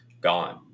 gone